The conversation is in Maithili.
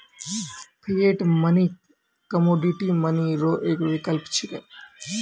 फिएट मनी कमोडिटी मनी रो एक विकल्प छिकै